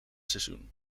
seizoen